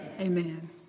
Amen